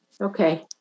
okay